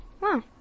Wow